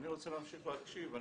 אני רוצה להמשיך להקשיב.